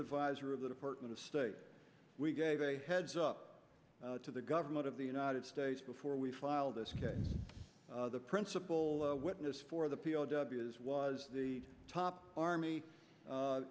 advisor of the department of state we gave a heads up to the government of the united states before we filed this case the principle witness for the p o w s was the top army